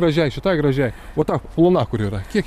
gražiai šitai gražiai va ta plona kuri yra kiek